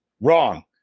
Wrong